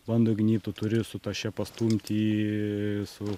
bando gnybt tu turi su taše pastumt jį su